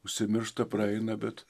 užsimiršta praeina bet